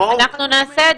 אנחנו נעשה את